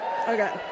okay